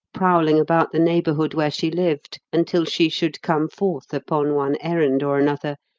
prowling about the neighbourhood where she lived until she should come forth upon one errand or another,